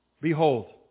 Behold